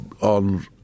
on